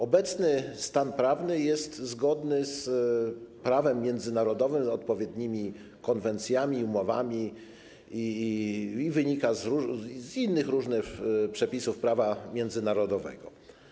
Obecny stan prawny jest zgodny z prawem międzynarodowym, z odpowiednimi konwencjami i umowami i wynika z różnych innych przepisów prawa międzynarodowego.